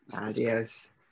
Adios